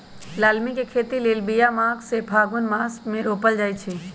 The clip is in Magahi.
लालमि के खेती लेल बिया माघ से फ़ागुन मास मे रोपल जाइ छै